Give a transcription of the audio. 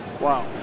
Wow